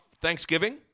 Thanksgiving